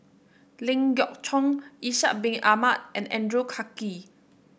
Ling Geok Choon Ishak Bin Ahmad and Andrew Clarke